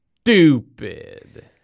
stupid